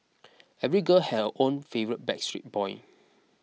every girl had her own favourite Backstreet Boy